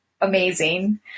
amazing